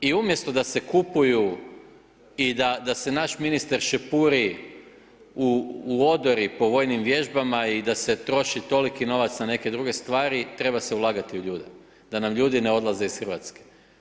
I umjesto da se kupuju i da se naš ministar šepuri u odori po vojnim vježbama i da se troši toliko novac na neke druge stvari, treba se ulagati u ljude, da nam ljudi ne odlaze iz Hrvatske.